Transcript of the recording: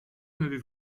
n’avez